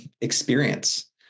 experience